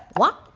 walk,